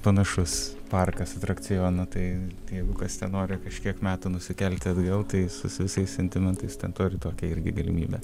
panašus parkas atrakcionų tai jeigu kas ten nori kažkiek metų nusikelti atgal tai su visais sentimentais ten turi tokią irgi galimybę